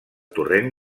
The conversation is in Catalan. torrent